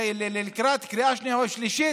לקראת קריאה שנייה ושלישית,